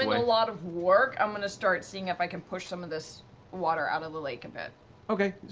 a lot of work, i'm going to start seeing if i can push some of this water out of the lake a bit. matt okay.